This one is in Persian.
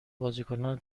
بازیکنان